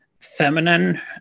feminine